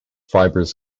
fibers